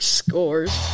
scores